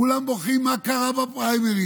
כולם בוכים מה קרה בפריימריז.